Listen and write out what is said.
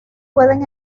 pueden